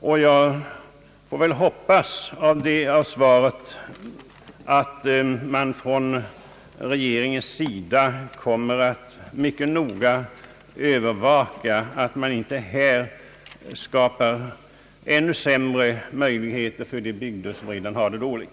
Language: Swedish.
Men jag får väl hoppas — efter kommunikationsministerns svar — att man från regeringens sida mycket noga kommer att övervaka att det inte skapas ännu sämre möjligheter för de bygder som redan har det dåligt.